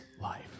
life